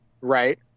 right